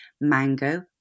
Mango